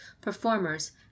performers